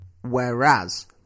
whereas